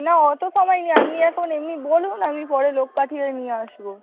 না অত সময় নেই আপনি এখন এমনি বলুন আমি পরে লোক পাঠিয়ে নিয়ে আসব